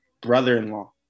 brother-in-law